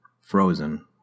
frozen